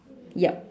yup